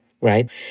right